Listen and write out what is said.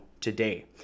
today